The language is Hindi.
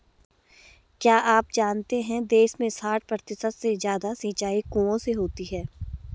क्या आप जानते है देश में साठ प्रतिशत से ज़्यादा सिंचाई कुओं से होती है?